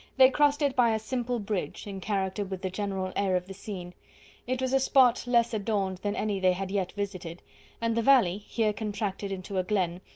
they crossed it by a simple bridge, in character with the general air of the scene it was a spot less adorned than any they had yet visited and the valley, here contracted into a glen,